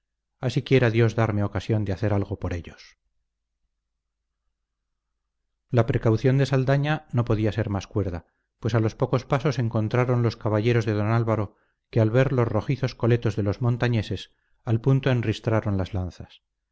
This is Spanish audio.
así quiera dios darme ocasión de hacer algo por ellos la precaución de saldaña no podía ser más cuerda pues a los pocos pasos encontraron los caballeros de don álvaro que al ver los rojizos coletos de los montañeses al punto enristraron las lanzas